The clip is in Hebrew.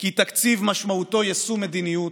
כי תקציב משמעותו יישום מדיניות,